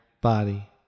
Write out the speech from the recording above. body